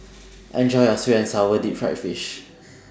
Enjoy your Sweet and Sour Deep Fried Fish